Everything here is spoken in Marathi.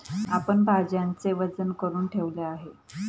आपण भाज्यांचे वजन करुन ठेवले आहे